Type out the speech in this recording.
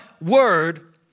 word